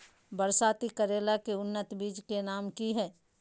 बरसाती करेला के उन्नत बिज के नाम की हैय?